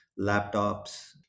laptops